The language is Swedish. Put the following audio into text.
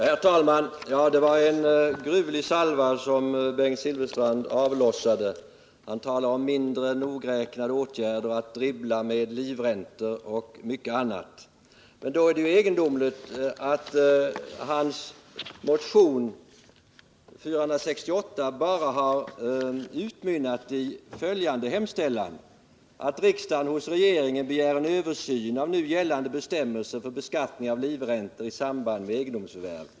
Herr talman! Det var en gruvlig salva Bengt Silfverstrand avlossade. Han talade om mindre nogräknade åtgärder, om att dribbla med livräntor och mycket annat. Då är det egendomligt att hans motion, 468, bara har utmynnat i följande hemställan: ”att riksdagen hos regeringen begär en översyn av nu gällande bestämmelser för beskattning av livräntor i samband med egendomsförvärv”.